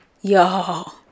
y'all